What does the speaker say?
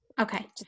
okay